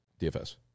DFS